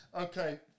okay